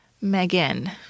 megan